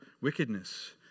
wickedness